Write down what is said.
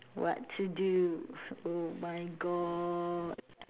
what to do oh my god